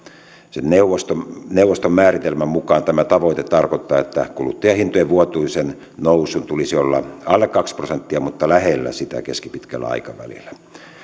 sen neuvoston neuvoston määritelmän mukaan tämä tavoite tarkoittaa että kuluttajahintojen vuotuisen nousun tulisi olla alle kaksi prosenttia mutta lähellä sitä keskipitkällä aikavälillä